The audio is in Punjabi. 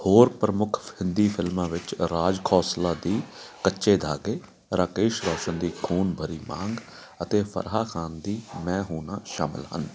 ਹੋਰ ਪ੍ਰਮੁੱਖ ਹਿੰਦੀ ਫਿਲਮਾਂ ਵਿੱਚ ਰਾਜ ਖੋਸਲਾ ਦੀ ਕੱਚੇ ਧਾਗੇ ਰਾਕੇਸ਼ ਰੋਸ਼ਨ ਦੀ ਖੂਨ ਭਰੀ ਮਾਂਗ ਅਤੇ ਫਰਾਹ ਖਾਨ ਦੀ ਮੈਂ ਹੂੰ ਨਾ ਸ਼ਾਮਲ ਹਨ